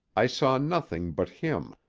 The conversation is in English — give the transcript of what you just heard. i saw nothing but him,